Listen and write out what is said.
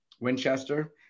Winchester